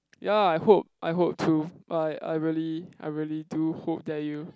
ya I hope I hope too like I really I really do hope that you